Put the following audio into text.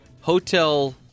hotel